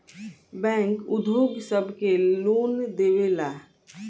bank उद्योग सब के लोन देवेला